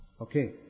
Okay